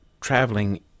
traveling